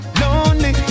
lonely